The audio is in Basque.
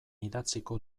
idatziko